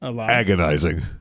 agonizing